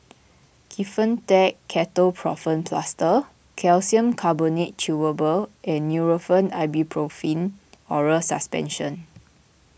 Kefentech Ketoprofen Plaster Calcium Carbonate Chewable and Nurofen Ibuprofen Oral Suspension